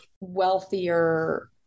wealthier